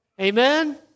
Amen